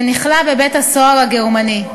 ונכלא בבית-הסוהר הגרמני.